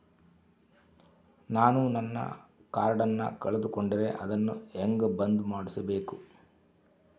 ನಾನು ನನ್ನ ಕಾರ್ಡನ್ನ ಕಳೆದುಕೊಂಡರೆ ಅದನ್ನ ಹೆಂಗ ಬಂದ್ ಮಾಡಿಸಬೇಕು?